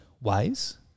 ways